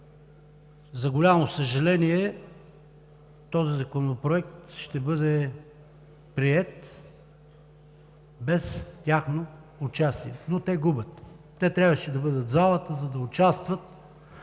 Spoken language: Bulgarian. за голямо съжаление, ще бъде приет без тяхно участие. Но те губят! Те трябваше да бъдат в залата, за да участват